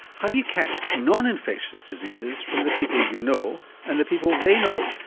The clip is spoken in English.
how you catch non-infectious diseases from the people you know and the people they know,